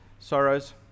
sorrows